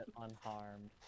unharmed